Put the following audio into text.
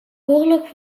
oorlog